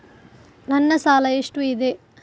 ನನ್ನ ಸಾಲ ಎಷ್ಟು ಇದೆ?